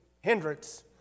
hindrance